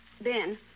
Ben